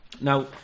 Now